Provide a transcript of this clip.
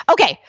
Okay